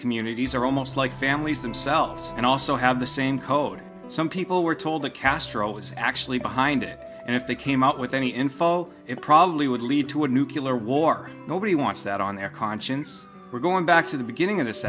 communities are almost like families themselves and also have the same code some people were told that castro was actually behind it and if they came out with any info it probably would lead to a nuclear war nobody wants that on their conscience we're going back to the beginning of this